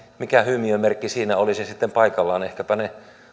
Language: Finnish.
mikä hymiömerkki siinä olisi sitten paikallaan ehkäpä ne